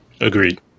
Agreed